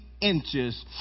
inches